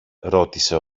ρώτησε